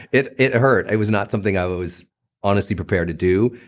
it it hurt. it was not something i was honestly prepared to do.